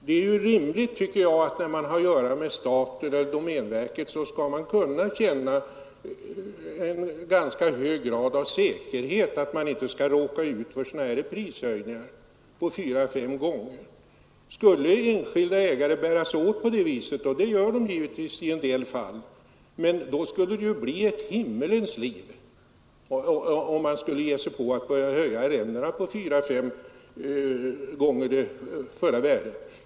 När man har att göra med staten eller domänverket, anser jag att man bör kunna känna en ganska hög grad av säkerhet så att man inte behöver råka ut för sådana här prishöjningar på fyra eller fem gånger tidigare avgifter. Skulle enskilda markägare bära sig åt på detta sätt — och de gör de givetvis i en del fall — skulle det bli ett himlens liv om de gav sig på att höja arrendena fyra eller fem gånger det förra värdet.